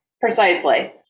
Precisely